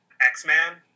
X-Man